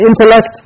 intellect